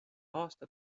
aasta